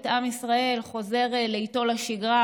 את עם ישראל חוזר לאיטו לשגרה,